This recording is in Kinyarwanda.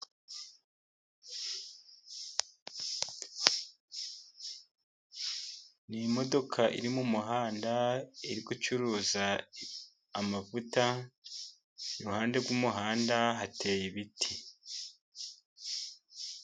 Ni modoka iri mu muhanda iri gucuruza amavuta, iruhande rw'umuhanda hateye ibiti.